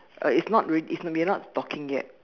uh it's not re~ it's we're not talking yet